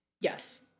yes